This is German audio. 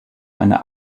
eine